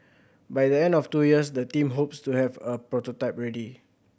by the end of two years the team hopes to have a prototype ready